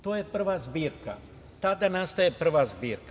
To je prva zbirka, tada nastaje prva zbirka.